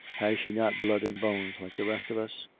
has she not blood and bones like the rest of us?